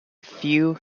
few